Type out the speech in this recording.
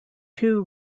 two